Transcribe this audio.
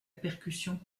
percussion